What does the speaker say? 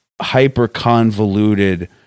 hyper-convoluted